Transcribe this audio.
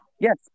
Yes